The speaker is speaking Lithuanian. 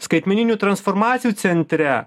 skaitmeninių transformacijų centre